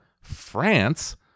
France